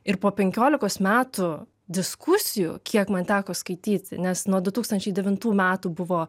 ir po penkiolikos metų diskusijų kiek man teko skaityti nes nuo du tūkstančiai devintų metų buvo